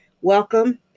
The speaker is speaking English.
welcome